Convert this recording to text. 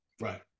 Right